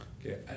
Okay